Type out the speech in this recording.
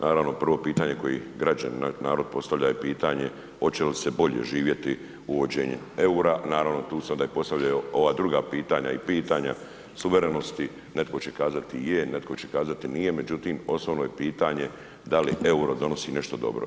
Naravno prvo pitanje koje građani, narod postavlja oće li se bolje živjeti uvođenjem EUR-a, naravno tu se onda i postavljaju ova druga pitanja i pitanja suverenosti, netko će kazati je, netko će kazati nije, međutim osnovno je pitanje da li EUR-o donosi nešto dobro.